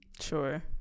Sure